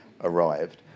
arrived